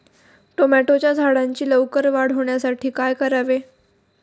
टोमॅटोच्या झाडांची लवकर वाढ होण्यासाठी काय करावे?